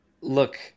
Look